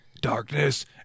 Darkness